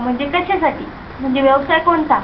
म्हणजे कशासाठी म्हणजे व्यवसाय कोणता